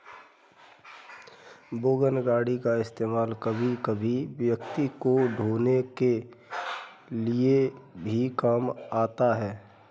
wagon गाड़ी का इस्तेमाल कभी कभी व्यक्ति को ढ़ोने के लिए भी काम आता है